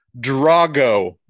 Drago